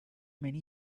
many